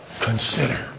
consider